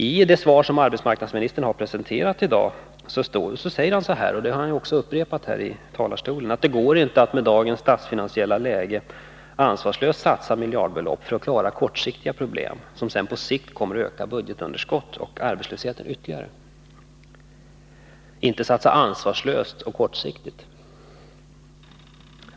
I det svar som arbetsmarknadsministern har presenterat i dag står, och det har han också upprepat i talarstolen: ”Det går inte med dagens statsfinansiella läge att ansvarslöst satsa miljardbelopp för att klara kortsiktiga problem som sedan på sikt skulle öka såväl budgetunderskottet som arbetslösheten ytterligare.” Attinte satsa ansvarslöst och kortsiktigt!